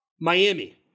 Miami